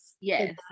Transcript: Yes